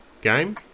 game